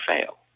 fail